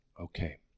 Okay